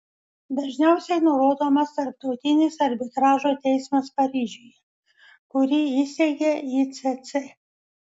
dažniausiai nurodomas tarptautinis arbitražo teismas paryžiuje kurį įsteigė icc